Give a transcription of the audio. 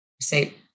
say